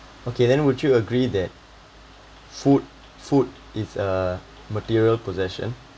okay then would you agree that food food is a material possession